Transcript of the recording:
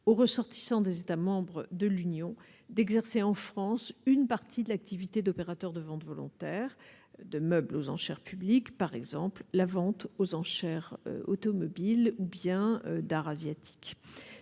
aux ressortissants des États membres de l'Union d'exercer en France, une partie de l'activité d'opérateur de ventes volontaires de meubles aux enchères publiques, par exemple la vente aux enchères automobile ou bien d'art asiatique,